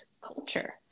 culture